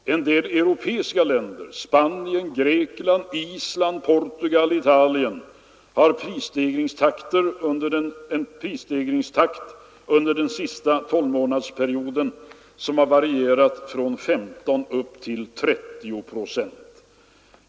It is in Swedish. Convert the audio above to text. I en del europeiska länder — Spanien, Grekland, Island, Portugal och Italien — har prisstegringstakten under den senaste tolvmånadersperioden varierat från 15 upp till 30 procent.